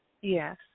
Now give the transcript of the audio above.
Yes